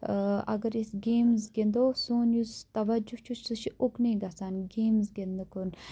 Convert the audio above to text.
اَگر أسۍ گیمٕز گِندو سون یُس تَوجوٗ چھُ سُہ چھُ اُکنے گَژھان گیمٕز گِندٕنہٕ کُن